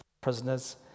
prisoners